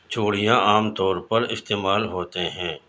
چوڑیاں عام طور پر استعمال ہوتے ہیں